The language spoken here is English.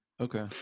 okay